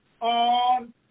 on